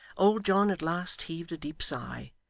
old john at last heaved a deep sigh,